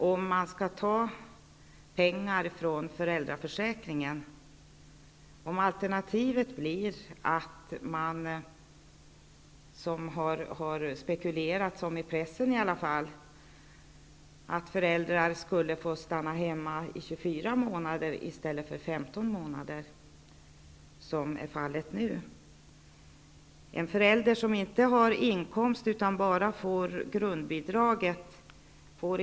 Om man skall ta pengar från föräldraförsäkringen och alternativet blir, som det har spekulerats om i pressen, att föräldrar skall få stanna hemma i 24 månader i stället för 15, som är fallet nu, krävs det att bidraget blir minst 1 100 kr.